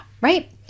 right